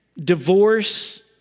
divorce